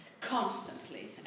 constantly